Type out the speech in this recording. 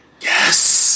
Yes